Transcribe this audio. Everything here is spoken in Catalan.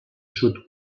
sud